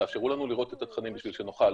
תאפשרו לנו לראות את התכנים בשביל שנוכל